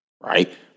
right